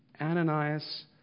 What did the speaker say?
Ananias